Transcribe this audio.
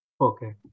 Okay